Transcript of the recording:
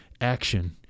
action